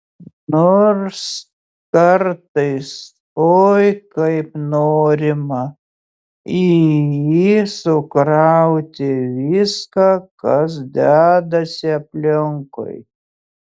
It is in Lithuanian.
nors kartais oi kaip norima į jį sukrauti viską kas dedasi aplinkui